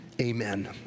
amen